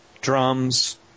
drums